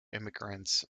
immigrants